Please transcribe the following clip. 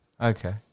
Okay